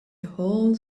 whole